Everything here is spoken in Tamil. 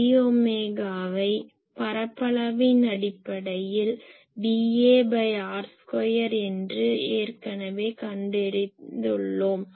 dஒமேகாவை பரப்பளவின் அடிப்படையில் dAr2 என்று ஏற்கனவே கண்டறிந்துள்ளோம்